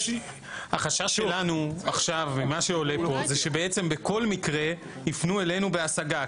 החשש שלנו עכשיו ממה שעולה פה זה שבעצם בכל מקרה יפנו אלינו בהשגה,